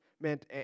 meant